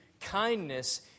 kindness